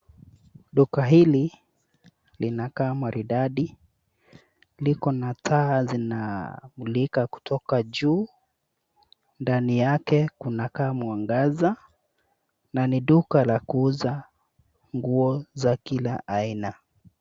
Duka hili linakaa maridadi, liko na taa zinamulika kutoka juu. Ndani yake kunakaa mwangaza. Na ni duka la kuuza nguo za kila aina.